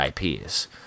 IPs